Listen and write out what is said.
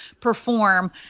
perform